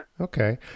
okay